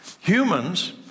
Humans